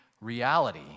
reality